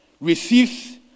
receives